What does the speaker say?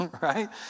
Right